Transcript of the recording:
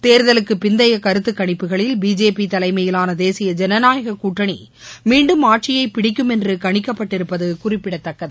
தேர்தலுக்கு பிந்தைய கருத்துக்கணிப்புகளில் பிஜேபி தலைமையிலான தேசிய ஜனநாயகக் கூட்டணி மீண்டும் ஆட்சியை பிடிக்கும் என்று கணிக்கப்பட்டிருப்பது குறிப்பிடத்தக்கது